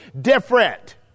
different